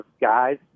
guys